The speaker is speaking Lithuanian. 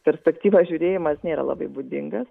perspektyvos žiūrėjimas nėra labai būdingas